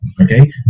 Okay